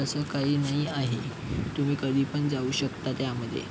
तसं काही नाही आहे तुम्ही कधी पण जाऊ शकता त्यामध्ये